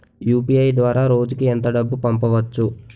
UPI ద్వారా రోజుకి ఎంత డబ్బు పంపవచ్చు?